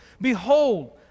Behold